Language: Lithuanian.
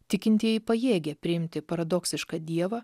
tikintieji pajėgia priimti paradoksišką dievą